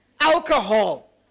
alcohol